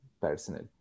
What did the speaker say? personal